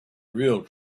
real